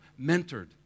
mentored